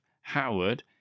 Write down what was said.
Howard